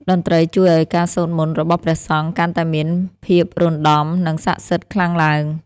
តន្ត្រីជួយឱ្យការសូត្រមន្តរបស់ព្រះសង្ឃ កាន់តែមានភាពរណ្ដំ និងសក្ដិសិទ្ធិខ្លាំងឡើង។